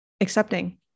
accepting